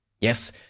Yes